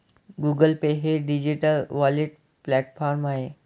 Google Pay हे digital wallet platform आहे